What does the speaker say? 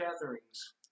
gatherings